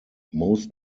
most